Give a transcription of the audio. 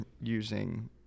using